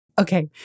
Okay